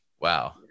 wow